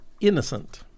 innocent